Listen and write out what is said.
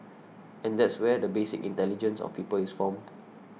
and that's where the basic intelligence of people is formed